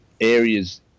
areas